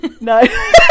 No